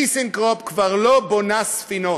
"טיסנקרופ" כבר לא בונה ספינות.